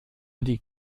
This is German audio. die